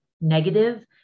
negative